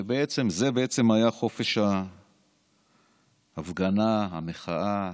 ובעצם זה היה חופש ההפגנה, המחאה,